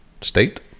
State